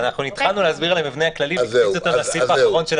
התחלנו להסביר על המבנה הכללי והקפיצו אותנו לסעיף האחרון.